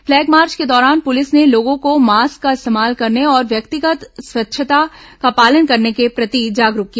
flag march के दौरान police ने लोगों को मास्क का इस्तेमाल करने और व्यक्तिगत स्वच्छता का पालन करने के प्रति भी जागरूक किया